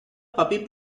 puppy